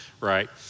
right